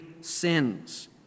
sins